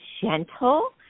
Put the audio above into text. gentle